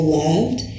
loved